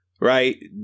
right